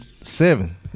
seven